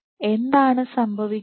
എന്താണ് സംഭവിക്കുക